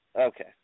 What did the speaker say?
Okay